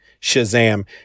Shazam